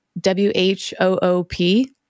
W-H-O-O-P